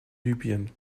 libyen